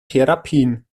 therapien